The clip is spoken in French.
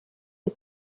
est